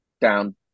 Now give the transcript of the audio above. down